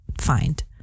find